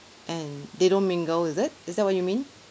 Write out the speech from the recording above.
and they don't mingle is it is that what you mean